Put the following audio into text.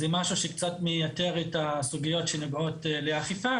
זה משהו שקצת מייתר את הסוגיות שנוגעות לאכיפה,